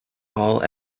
all